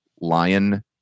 lion